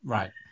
Right